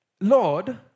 Lord